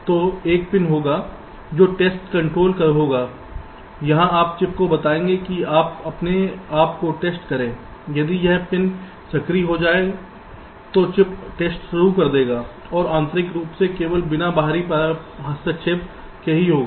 तो 1 पिन होगा जो टेस्ट कंट्रोल होगा यहां आप चिप को बताएंगे कि अब आप अपने आप को टेस्ट करें यदि वह पिन सक्रिय हो जाए तो चिप टेस्ट शुरू कर देगा और आंतरिक रूप से केवल बिना बाहरी हस्तक्षेप के ही होगा